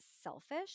selfish